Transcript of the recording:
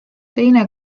teine